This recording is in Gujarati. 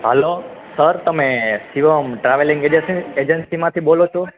હલો સર તમે શિવમ ટ્રાવેલિંગ એજન એજન્સીમાંથી બોલો છો